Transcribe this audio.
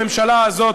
הממשלה הזאת,